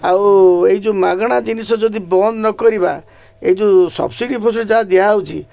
ଆଉ ଏଇ ଯେଉଁ ମାଗଣା ଜିନିଷ ଯଦି ବନ୍ଦ ନ କରିବା ଏଇ ଯେଉଁ ସବସିଡ଼ି ଫପସିଡ଼ି ଯାହା ଦିଆହେଉଛି